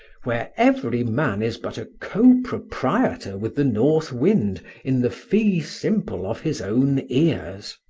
where every man is but a co-proprietor with the north wind in the fee-simple of his own ears.